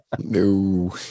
no